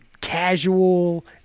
casual